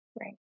Right